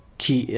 key